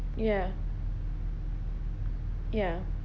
ya ya